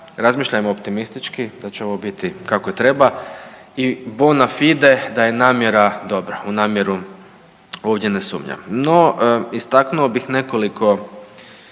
razmišljajmo optimistički da će ovo biti kako treba i bona fide da je namjera dobra u namjeru ovdje ne sumnjam. No, istaknuo bih nekoliko